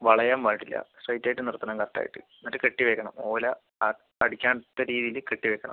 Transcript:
വളയാൻ പാടില്ല സ്ട്രൈറ്റ് ആയിട്ട് നിർത്തണം കറക്റ്റ് ആയിട്ട് എന്നിട്ട് കെട്ടി വെക്കണം ഓല ആ അടിക്കാത്ത രീതിയിൽ കെട്ടി വെക്കണം